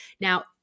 Now